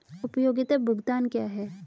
उपयोगिता भुगतान क्या हैं?